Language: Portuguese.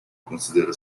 considera